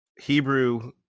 Hebrew